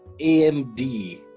AMD